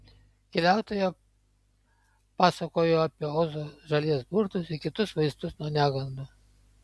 keliautoja pasakojo apie ozo šalies burtus ir kitus vaistus nuo negandų